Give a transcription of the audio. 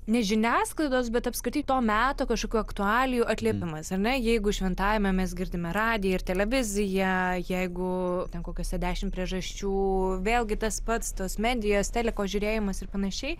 ne žiniasklaidos bet apskritai to meto kažkokių aktualijų atliepimas ar ne jeigu šventajame mes girdime radiją ir televiziją jeigu ten kokiose dešim priežasčių vėlgi tas pats tos medijos teliko žiūrėjimas ir panašiai